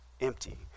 empty